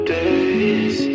days